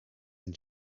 and